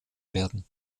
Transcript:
werden